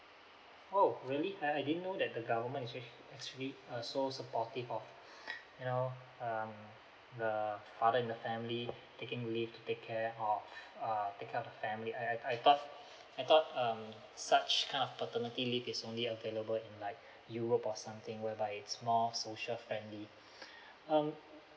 oh really I I didn't know that the government actual actually uh so supportive of you know um the father in the family taking leave to take care of uh take care of the family I I I thought I thought um such kind of paternity leave is only available in like europe or something whereby it's more social friendly um